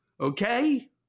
Okay